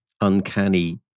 uncanny